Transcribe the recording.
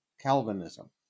Calvinism